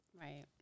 Right